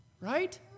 Right